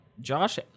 Josh